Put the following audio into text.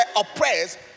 oppressed